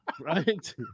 right